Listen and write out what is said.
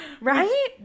Right